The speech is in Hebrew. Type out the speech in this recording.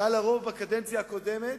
שהיה לה רוב בקדנציה הקודמת,